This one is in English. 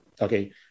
okay